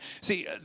see